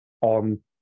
on